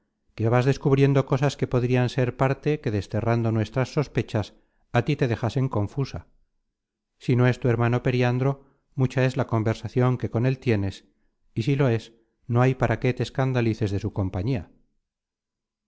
que vas descubriendo cosas que podrian ser parte que desterrando nuestras sospechas á tí te dejasen confusa si no es tu hermano periandro mucha es la conversacion que con él tienes y si lo es no hay para qué te escandalices de su compañía